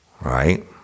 right